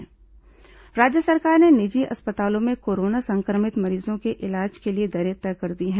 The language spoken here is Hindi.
कोरोना मरीज इलाज दर राज्य सरकार ने निजी अस्पतालों में कोरोना संक्रमित मरीजों के इलाज के लिए दरें तय कर दी हैं